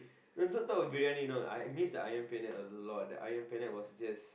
no don't talk of biryani no I I miss the Ayam-Penyet a lot the Ayam-Penyet was just